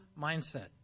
mindset